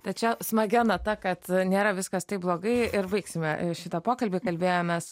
tačiau smagia nata kad nėra viskas taip blogai ir baigsime šitą pokalbį kalbėjomės